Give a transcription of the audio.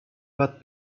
but